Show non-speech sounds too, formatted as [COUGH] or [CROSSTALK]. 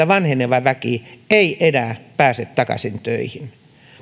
[UNINTELLIGIBLE] vanheneva väki ei enää pääse takaisin töihin